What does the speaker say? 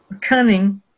cunning